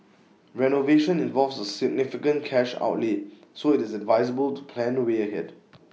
renovation involves A significant cash outlay so IT is advisable to plan the way ahead